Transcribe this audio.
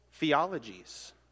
Theologies